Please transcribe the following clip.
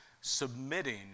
submitting